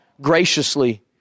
graciously